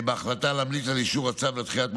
בהחלטה להמליץ על אישור הצו לדחיית מועד